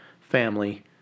family